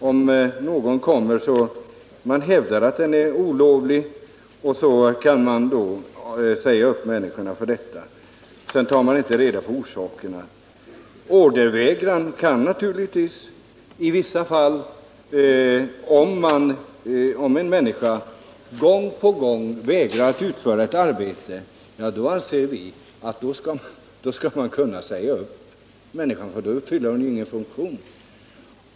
Om någon hävdar att den är olovlig kan man sedan säga upp den anställde utan att ta reda på orsaken. Ordervägran kan naturligtvis vara skäl för uppsägning i vissa fall. Om en människa gång på gång vägrar att utföra arbete anser vi att man skall kunna säga upp den personen eftersom han inte fyller någon funktion då.